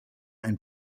ein